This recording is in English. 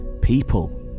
people